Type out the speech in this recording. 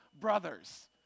brothers